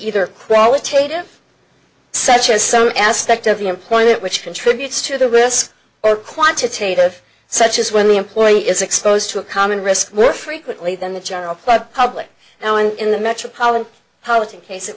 qualitative such as some aspect of employment which contributes to the risk or quantitative such as when the employee is exposed to a common risk we're frequently than the general public now and in the metropolitan piloting case it